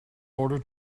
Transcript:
order